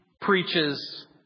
preaches